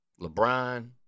LeBron